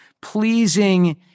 pleasing